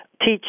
teach